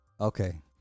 Okay